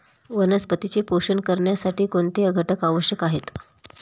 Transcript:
वनस्पतींचे पोषण करण्यासाठी कोणते घटक आवश्यक आहेत?